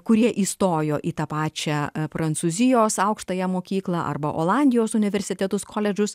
kurie įstojo į tą pačią prancūzijos aukštąją mokyklą arba olandijos universitetus koledžus